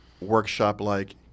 workshop-like